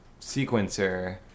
sequencer